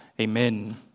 Amen